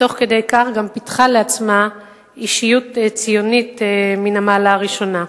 ותוך כדי כך גם פיתחה לעצמה אישיות ציונית מן המעלה הראשונה.